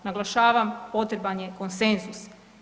Naglašavam, potreban je konsenzus.